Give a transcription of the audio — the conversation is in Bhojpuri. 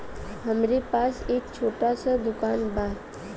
हमरे पास एक छोट स दुकान बा